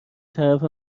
طرف